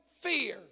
fear